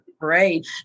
Great